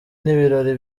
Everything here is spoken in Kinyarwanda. n’ibirori